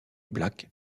black